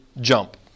jump